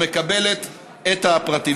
מקבלת את הפרטים.